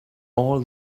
all